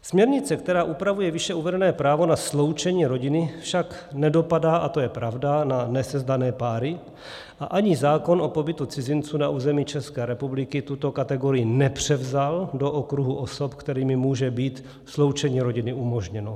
Směrnice, která upravuje výše uvedené právo na sloučení rodiny, však nedopadá, a to je pravda, na nesezdané páry a ani zákon o pobytu cizinců na území České republiky tuto kategorii nepřevzal do okruhu osob, kterým může být sloučení rodiny umožněno.